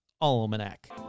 Almanac